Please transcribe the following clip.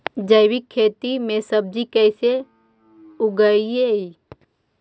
जैविक खेती में सब्जी कैसे उगइअई?